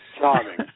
Charming